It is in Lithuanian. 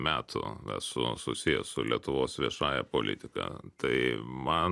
metų esu susijęs su lietuvos viešąja politika tai man